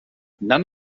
none